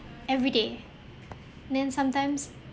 every day then sometimes